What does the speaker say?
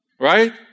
Right